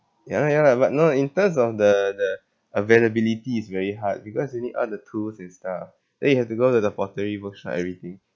ya lah ya lah but no in terms of the the availability is very hard because you need all the tools and stuff then you have to go to the pottery workshop everything